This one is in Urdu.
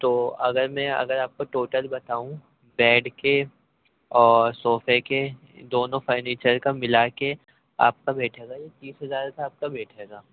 تو اگر میں اگر آپ کو ٹوٹل بتاؤں بیڈ کے اور صوفے کے دونوں فرنیچر کا ملا کے آپ کا بیٹھے گا یہ تیس ہزار کا آپ کا بیٹھے گا